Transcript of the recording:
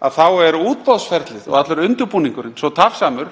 er útboðsferlið og allur undirbúningurinn svo tafsamur